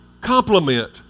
complement